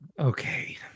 Okay